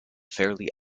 fairly